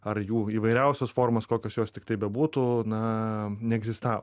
ar jų įvairiausios formos kokios jos tiktai bebūtų na neegzistavo